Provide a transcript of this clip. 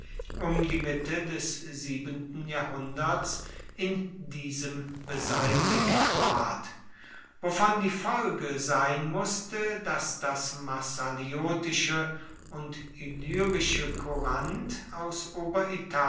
um die mitte des siebenten jahrhunderts in diesem beseitigt ward wovon die folge sein mußte daß das massaliotische und illyrische courant aus